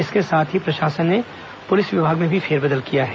इसके साथ ही प्रशासन ने पुलिस विभाग में भी फेरबदल किया है